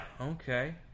Okay